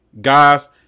Guys